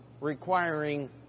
requiring